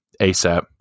asap